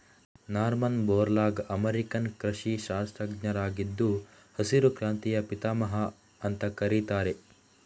Norman Borlaug American ಕೃಷಿ ಶಾಸ್ತ್ರಜ್ಞರಾಗಿದ್ದು ಹಸಿರು ಕ್ರಾಂತಿಯ ಪಿತಾಮಹ ಅಂತ ಕರೀತಾರೆ